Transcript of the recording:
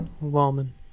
Lawman